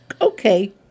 Okay